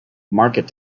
market